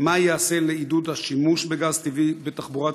2. מה ייעשה לעידוד שימוש בגז טבעי בתחבורה הציבורית?